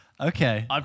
Okay